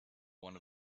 one